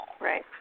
Right